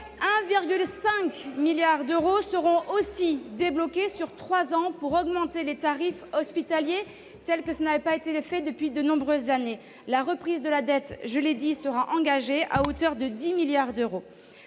1,5 milliard d'euros seront aussi débloqués sur trois ans pour augmenter les tarifs hospitaliers, ce qui n'a pas été fait depuis de nombreuses années. Par ailleurs, la reprise de la dette sera engagée à hauteur de 10 milliards d'euros.